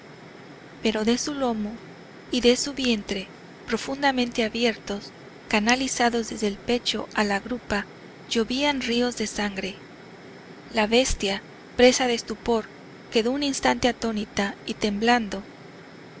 pero de su lomo y de su vientre profundamente abiertos canalizados desde el pecho a la grupa llovían ríos de sangre la bestia presa de estupor quedó un instante atónita y temblando